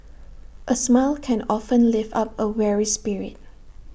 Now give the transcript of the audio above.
A smile can often lift up A weary spirit